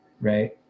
right